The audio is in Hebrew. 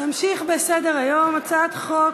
נמשיך בסדר-היום: הצעת חוק